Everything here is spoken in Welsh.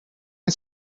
ein